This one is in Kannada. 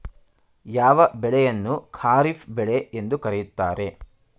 ಯಾವ ಬೆಳೆಯನ್ನು ಖಾರಿಫ್ ಬೆಳೆ ಎಂದು ಕರೆಯುತ್ತಾರೆ?